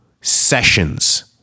sessions